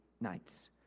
nights